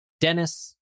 Dennis